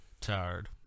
Tired